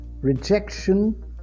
rejection